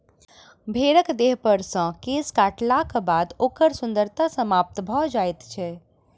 भेंड़क देहपर सॅ केश काटलाक बाद ओकर सुन्दरता समाप्त भ जाइत छै